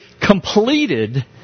completed